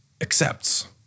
accepts